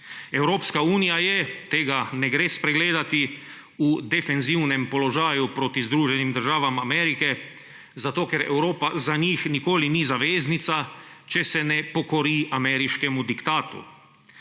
Evropska unija je, tega ne gre spregledati, v defenzivnem položaju proti Združenim državam Amerike, zato ker Evropa za njih nikoli ni zaveznica, če se ne pokori ameriškemu diktatu.